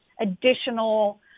additional